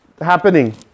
happening